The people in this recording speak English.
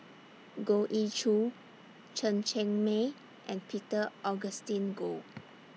Goh Ee Choo Chen Cheng Mei and Peter Augustine Goh